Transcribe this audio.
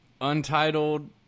Untitled